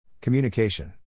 Communication